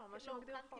מה שמגדיר החוק.